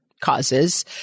causes